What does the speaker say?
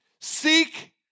Seek